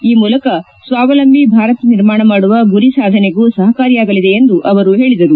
ಈ ಮೂಲಕ ಸ್ವಾವಲಂಬಿ ಭಾರತ್ ನಿರ್ಮಾಣ ಮಾಡುವ ಗುರಿ ಸಾಧನೆಗೂ ಸಹಕಾರಿಯಾಗಲಿದೆ ಎಂದು ಹೇಳಿದರು